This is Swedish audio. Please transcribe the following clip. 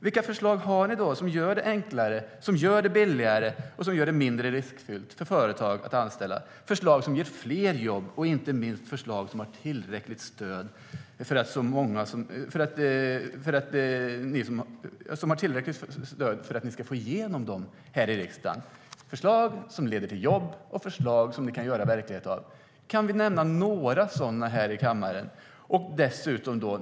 Vilka förslag har ni då som gör det enklare, billigare och mindre riskfyllt för företag att anställa - förslag som ger fler jobb och inte minst har tillräckligt stöd för att ni ska få igenom dem här i riksdagen? Förslag som leder till jobb och förslag som ni kan göra verklighet av - kan ni nämna några sådana här i kammaren?